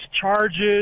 charges